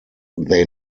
they